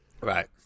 right